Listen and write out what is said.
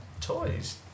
toys